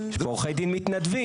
עורכי דין מתנדבים.